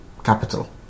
capital